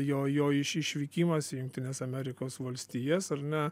jo jo iš išvykimas į jungtines amerikos valstijas ar ne